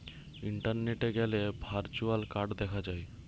ইন্টারনেটে গ্যালে virtual card দেখা যায়